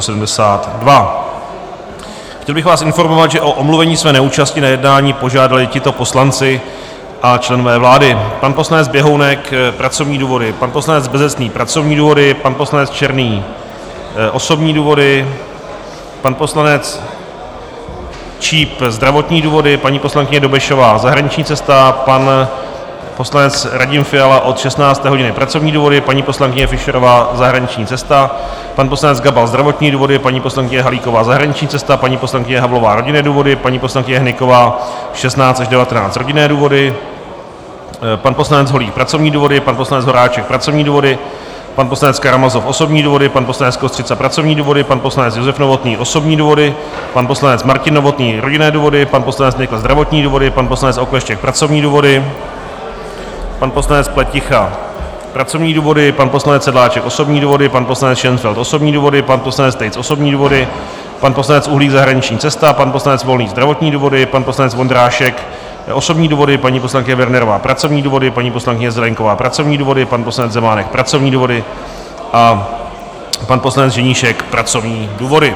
Chtěl bych vás informovat, že o omluvení své neúčasti na jednání požádali tito poslanci a členové vlády: pan poslanec Běhounek pracovní důvody, pan poslanec Bezecný pracovní důvody, pan poslanec Černý osobní důvody, pan poslanec Číp zdravotní důvody, paní poslankyně Dobešová zahraniční cesta, pan poslanec Radim Fiala od 16. hodiny pracovní důvody, paní poslankyně Fischerová zahraniční cesta, pan poslanec Gabal zdravotní důvody, paní poslankyně Halíková zahraniční cesta, paní poslankyně Havlová rodinné důvody, paní poslankyně Hnyková 16.00 až 19.00 rodinné důvody, pan poslanec Holík pracovní důvody, pan poslanec Horáček pracovní důvody, pan poslanec Karamazov osobní důvody, pan poslanec Kostřica pracovní důvody, pan poslanec Josef Novotný osobní důvody, pan poslanec Martin Novotný rodinné důvody, pan poslanec Nykl zdravotní důvody, pan poslanec Okleštěk pracovní důvody, pan poslanec Pleticha pracovní důvody, pan poslanec Sedláček osobní důvody, pan poslanec Šenfeld osobní důvody, pan poslanec Tejc osobní důvody, pan poslanec Uhlík zahraniční cesta, pan poslanec Volný zdravotní důvody, pan poslanec Vondrášek osobní důvody, paní poslankyně Wernerová pracovní důvody, paní poslankyně Zelienková pracovní důvody, pan poslanec Zemánek pracovní důvody a pan poslanec Ženíšek pracovní důvody.